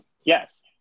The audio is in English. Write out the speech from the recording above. Yes